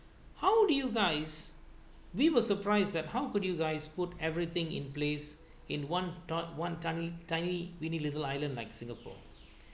how do you guys we were surprised at how could you guys put everything in place in one dot one tiny tiny weeny little island like singapore